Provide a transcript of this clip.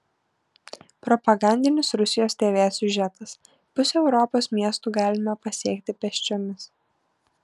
propagandinis rusijos tv siužetas pusę europos miestų galime pasiekti pėsčiomis